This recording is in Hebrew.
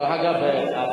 דרך אגב,